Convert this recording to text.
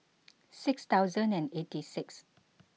six thousand eighty six